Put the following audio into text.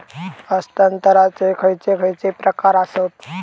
हस्तांतराचे खयचे खयचे प्रकार आसत?